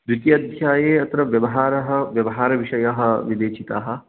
द्वितीयाध्याये अत्र व्यवहारः व्यवहारविषयः विवेचितः